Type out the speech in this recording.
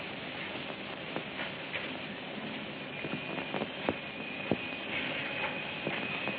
it's